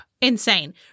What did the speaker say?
Insane